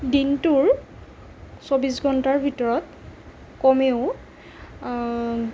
দিনটোৰ ছৌব্বিছ ঘণ্টাৰ ভিতৰত কমেও